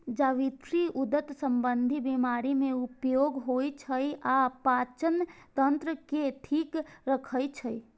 जावित्री उदर संबंधी बीमारी मे उपयोग होइ छै आ पाचन तंत्र के ठीक राखै छै